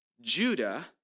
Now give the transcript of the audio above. Judah